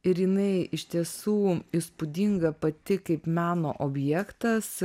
ir jinai iš tiesų įspūdinga pati kaip meno objektas